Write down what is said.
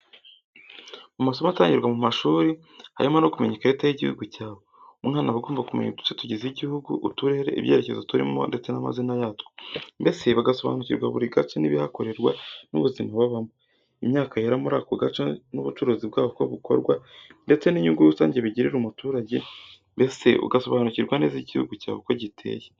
Mu masomo atangirwa mu mashuri, harimo no kumenya ikarita y'iguhugu cyawe. Umwana aba agomba kumenya uduce tugize igihugu, uturere, ibyerekezo turimo ndetse n'amazina yatwo, mbese bagasobanukirwa buri gace n'ibihakorerwa n'ubuzima babamo, imyaka yera muri ako gace, ubucuruzi bwaho uko bukorwa ndetse n'inyungu rusange bigirira umuturage, mbese ugasobanukirwa neza igihugu cyawe uko giteye.